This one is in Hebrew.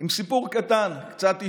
עם סיפור קטן, קצת אישי,